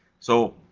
so,